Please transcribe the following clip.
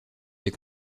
des